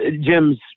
Jim's